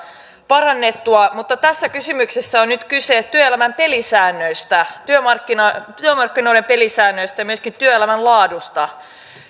parannettua mutta tässä kysymyksessä on nyt kyse työelämän pelisäännöistä työmarkkinoiden pelisäännöistä ja myöskin työelämän laadusta